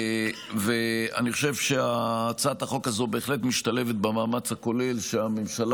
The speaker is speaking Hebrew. אני חושב שהצעת החוק הזאת בהחלט משתלבת במאמץ הכולל שהממשלה